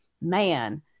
man